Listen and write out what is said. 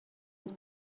هست